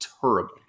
terrible